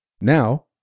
Now